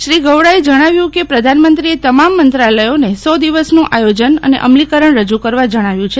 શ્રી ગોવડાએ જણાવ્યું કે પ્રધાનમંત્રીએ તમામ મંત્રાલયોને સો દિવસનું આયોજન અને અમલીકરણ રજૂ કરવા જણાવ્યું છે